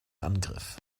angriff